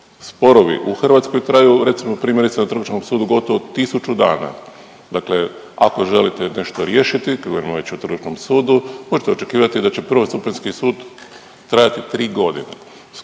sporovi u Hrvatskoj traju, recimo, primjerice, na trgovačkom sudu gotovo 1000 dana. Dakle, ako želite nešto riješiti, kad govorimo već o trgovačkom sudu, možete očekivati da će prvostupanjski sud trajati 3 godine.